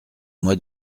moi